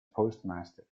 postmaster